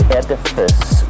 edifice